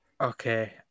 Okay